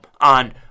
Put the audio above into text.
on